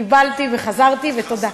קיבלתי וחזרתי, ותודה.